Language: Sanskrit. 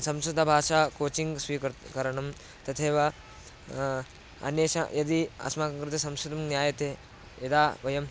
संस्कृतभाषायाः कोचिङ्ग् स्वीकर्तुं करणं तथैव अन्येषां यदि अस्माकं कृते संस्कृतं ज्ञायते यदा वयम्